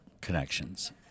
connections